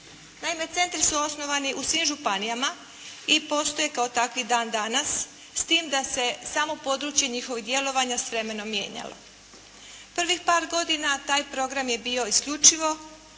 Naime, centri su osnovani u svim županijama i postoje kao takvi dan danas s tim da se samo područje njihovih djelovanja s vremenom mijenjalo. Prvih par godina taj program je bio isključivo,